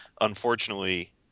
unfortunately